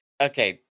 Okay